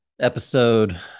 episode